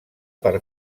per